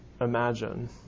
imagine